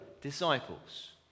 disciples